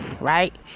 right